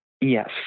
Yes